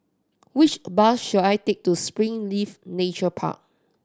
which a bus should I take to Springleaf Nature Park